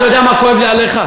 אתה יודע מה כואב לי עליך?